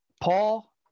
Paul